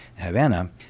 Havana